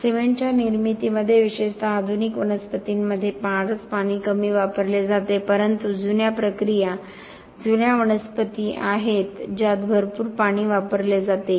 सिमेंटच्या निर्मितीमध्ये विशेषतः आधुनिक कारखान्यांमध्ये फारच कमी पाणी वापरले जाते परंतु जुन्या प्रक्रिया जुन्या कारखान्यांमध्ये आहेत ज्यात भरपूर पाणी वापरले जाते